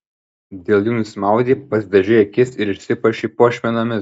dėl jų nusimaudei pasidažei akis ir išsipuošei puošmenomis